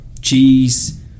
cheese